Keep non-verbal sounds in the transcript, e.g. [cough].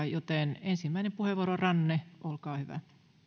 [unintelligible] joten ensimmäinen puheenvuoro ranne olkaa hyvä